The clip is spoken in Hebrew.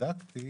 בדקתי